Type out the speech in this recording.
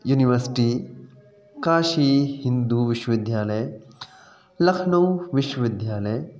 university Kashi Hindu विश्व विद्यालय लखनऊ विश्व विद्यालय